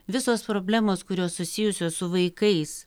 visos problemos kurios susijusios su vaikais